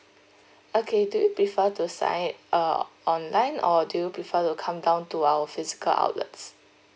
okay do you prefer to sign uh online or do you prefer to come down to our physical outlets